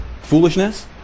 foolishness